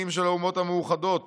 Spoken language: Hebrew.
והנציגים של האומות המאוחדות